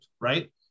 right